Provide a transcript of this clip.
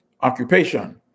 occupation